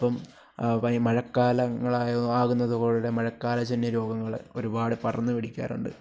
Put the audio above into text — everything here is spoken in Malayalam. അപ്പം വൈ മഴക്കാലങ്ങളായ ആകുന്നതോടെ മഴക്കാലജന്യ രോഗങ്ങൾ ഒരുപാട് പടർന്ന് പിടിക്കാറുണ്ട്